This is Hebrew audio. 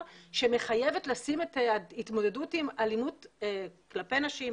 שמחייבת לשים את ההתמודדות עם אלימות כלפי נשים,